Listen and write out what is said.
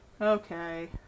Okay